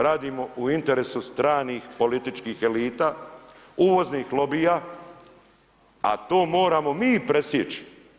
Radimo u interesu stranih političkih elita, uvoznih lobija, a to moramo mi presjeći.